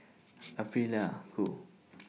Aprilia Qoo